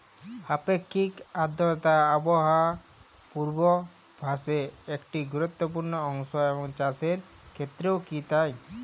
আপেক্ষিক আর্দ্রতা আবহাওয়া পূর্বভাসে একটি গুরুত্বপূর্ণ অংশ এবং চাষের ক্ষেত্রেও কি তাই?